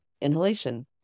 inhalation